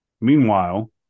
meanwhile